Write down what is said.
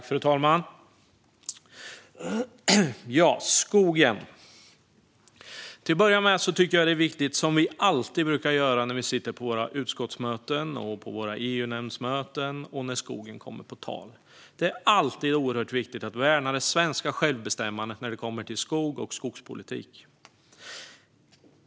Fru talman! Till att börja med vill jag säga att jag tycker att det är viktigt att göra som vi alltid brukar göra när vi sitter på våra utskottsmöten och EU-nämndsmöten och skogen kommer på tal: Det är alltid oerhört viktigt att värna det svenska självbestämmandet när det gäller skog och skogspolitik.